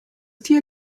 tier